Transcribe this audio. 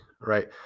right